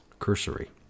cursory